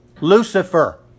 Lucifer